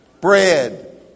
Bread